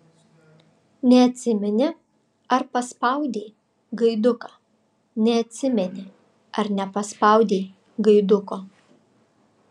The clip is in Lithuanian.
neatsimeni ar paspaudei gaiduką neatsimeni ar nepaspaudei gaiduko